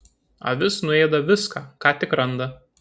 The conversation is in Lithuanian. avis nuėda viską ką tik randa